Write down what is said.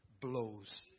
blows